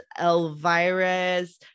Elvira's